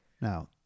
Now